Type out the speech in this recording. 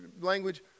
language